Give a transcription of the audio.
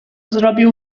zrobił